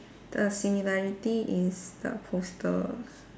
the similarity is the poster